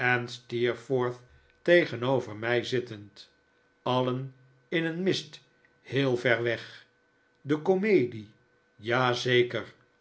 tegenover mij zittend alien in een mist heel ver weg de comedie